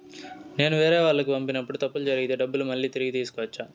నేను వేరేవాళ్లకు పంపినప్పుడు తప్పులు జరిగితే డబ్బులు మళ్ళీ తిరిగి తీసుకోవచ్చా?